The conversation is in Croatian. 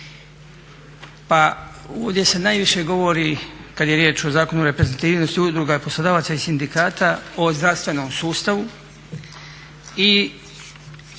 pa ovdje se najviše govori kad je riječ o Zakonu o reprezentativnosti udruga i poslodavaca i sindikata o zdravstvenom sustavu i